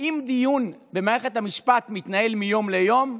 האם דיון במערכת המשפט מתנהל מיום ליום?